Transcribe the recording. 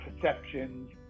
perceptions